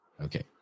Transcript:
Okay